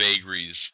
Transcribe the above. vagaries